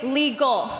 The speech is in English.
legal